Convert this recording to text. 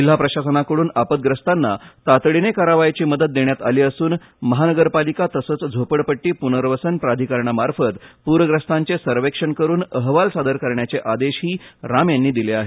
जिल्हा प्रशासनाकडून आपदग्रस्तांना तातडीने करावयाची मदत देण्यात आली असून महानगरपालिका तसेच झोपडपट्टी पुनर्वसनप्राधिकरणामार्फत प्रग्रस्तांचे सर्वेक्षण करून अहवाल सादर करण्याचे आदेशही राम यांनी दिले आहेत